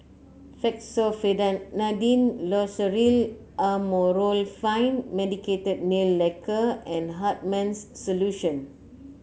Fexofenadine Loceryl Amorolfine Medicated Nail Lacquer and Hartman's Solution